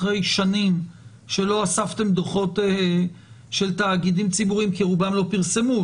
אחרי שנים שלא אספתם דוחות של תאגידים ציבוריים כי רובם לא פרסמו,